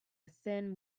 thin